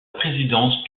présidence